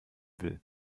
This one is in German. will